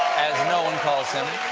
as no one calls him.